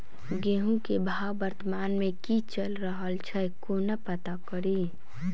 गेंहूँ केँ भाव वर्तमान मे की चैल रहल छै कोना पत्ता कड़ी?